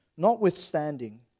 notwithstanding